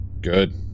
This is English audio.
good